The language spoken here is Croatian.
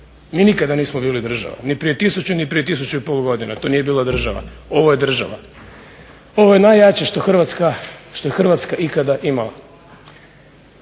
Mi nikada nismo bili država, ni prije tisuću ni prije tisuću i pol godina to nije bila država, ovo je država. Ovo je najjače što je Hrvatska ikada imala.